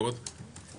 קודם כל,